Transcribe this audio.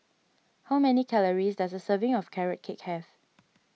how many calories does a serving of Carrot Cake have